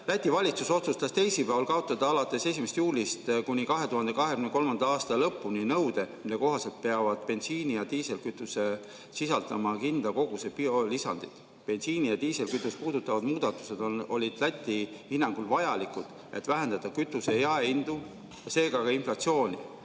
Läti valitsus otsustas teisipäeval kaotada alates 1. juulist kuni 2023. aasta lõpuni nõude, mille kohaselt peavad bensiin ja diislikütus sisaldama kindla koguse biolisandit. Bensiini ja diislikütust puudutavad muudatused olid Läti hinnangul vajalikud, et vähendada kütuse jaehindu ja seega ka inflatsiooni. Nüüd